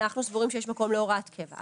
אנחנו סבורים שיש מקום להוראת קבע,